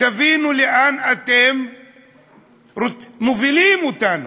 תבינו לאן אתם מובילים אותנו,